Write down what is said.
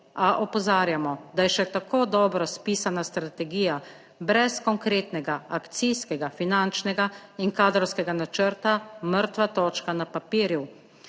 opozarjamo, da je še tako dobro spisana strategija brez konkretnega akcijskega finančnega in kadrovskega načrta mrtva točka na papirju